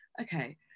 okay